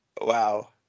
Wow